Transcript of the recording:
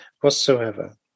whatsoever